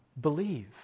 Believe